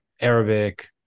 Arabic